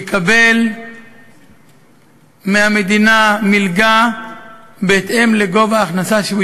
יקבל מהמדינה מלגה בהתאם לגובה ההכנסה שהוא